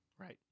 right